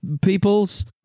peoples